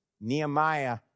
Nehemiah